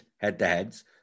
head-to-heads